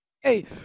Hey